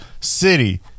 City